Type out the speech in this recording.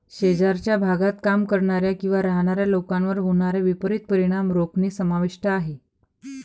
शेजारच्या भागात काम करणाऱ्या किंवा राहणाऱ्या लोकांवर होणारे विपरीत परिणाम रोखणे समाविष्ट आहे